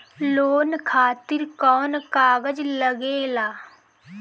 Loan खातिर कौन कागज लागेला?